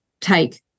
take